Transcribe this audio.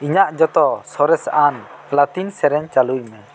ᱤᱧᱟ ᱜ ᱡᱚᱛᱚ ᱥᱚᱨᱮᱥ ᱟᱱ ᱞᱟ ᱛᱤᱧ ᱥᱮᱨᱮᱧ ᱪᱟᱹᱞᱩᱭ ᱢᱮ